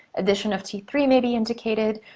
addition of t three may be indicated,